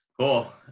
Cool